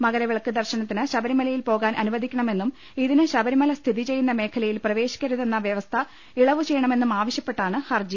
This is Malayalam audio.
മകരവിളക്ക് ദർശനത്തിന് ശബരിമലയിൽ പോകാൻ അനുവദിക്കണ മെന്നും ഇതിന് ശബരിമല സ്ഥിതി ചെയ്യുന്ന മേഖലയിൽ പ്രവേശിക്കരുതെന്ന വ്യവസ്ഥ ഇളവു ചെയ്യണമെന്നും ആവശ്യപ്പെട്ടാണ് ഹർജി